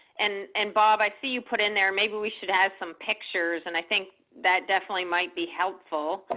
and and bob i see you put in there maybe we should add some pictures and i think that definitely might be helpful.